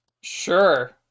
Sure